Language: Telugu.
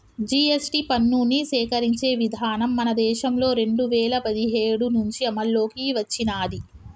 జీ.ఎస్.టి పన్నుని సేకరించే విధానం మన దేశంలో రెండు వేల పదిహేడు నుంచి అమల్లోకి వచ్చినాది